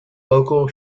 local